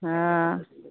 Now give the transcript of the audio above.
हँ